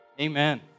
Amen